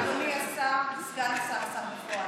אדוני השר, סגן השר, השר בפועל,